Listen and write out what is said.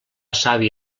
savi